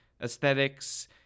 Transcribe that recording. aesthetics